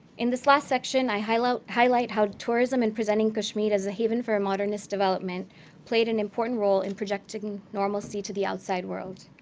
in this last section, i highlight highlight how tourism in presenting kashmir as a haven for modernist development played an important role in projecting normalcy to the outside world.